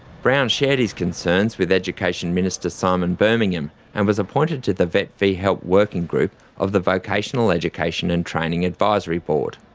brown shared his concerns with education minister simon birmingham and was appointed to the vet fee-help working group of the vocational education and training advisory board.